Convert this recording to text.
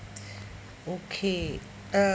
okay uh